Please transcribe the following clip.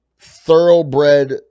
thoroughbred